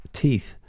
teeth